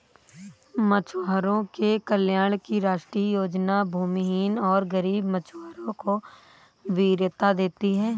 मछुआरों के कल्याण की राष्ट्रीय योजना भूमिहीन और गरीब मछुआरों को वरीयता देती है